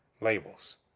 labels